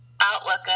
outlook